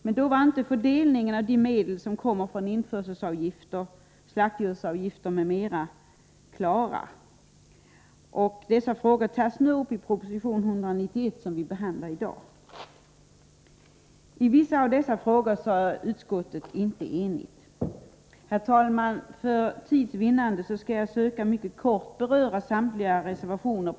Men då var inte fördelningen av de medel som kommer från införselavgifter, slaktdjursavgifter m.m. klar. Dessa frågor tas upp i proposition 191, som vi behandlar i dag. I vissa frågor är utskottet inte enigt. För tids vinnande, herr talman, skall jag försöka att på min utmätta tid mycket kort beröra samtliga reservationer.